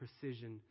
precision